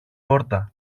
πόρτα